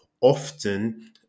often